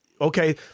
okay